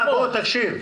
תקשיב.